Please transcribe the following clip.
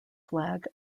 flag